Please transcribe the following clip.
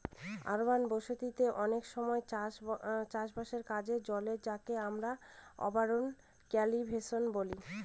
urban বসতি তে অনেক সময় চাষ বাসের কাজে চলে যাকে আমরা আরবান কাল্টিভেশন বলি